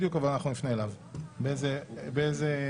תודה רבה.